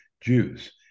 Jews